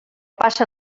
passa